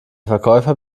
verkäufer